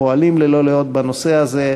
פועלים ללא לאות בנושא הזה.